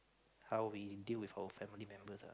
how we deal with our family members ah